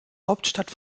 hauptstadt